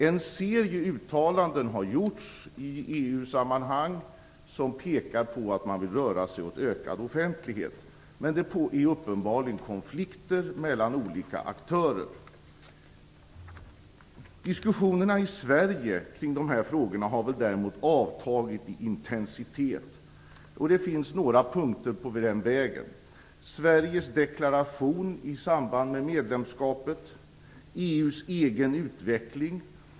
En serie uttalanden har gjorts i EU-sammanhang som pekar på att man vill röra sig åt ökad offentlighet, men det är uppenbarligen konflikter mellan olika aktörer. Diskussionerna i Sverige kring de här frågorna har däremot avtagit i intensitet, och det finns några punkter på den vägen: Sveriges deklaration i samband med medlemskapet och EU:s egen utveckling.